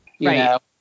Right